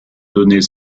donner